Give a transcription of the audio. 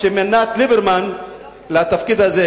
שמינה את ליברמן לתפקיד הזה.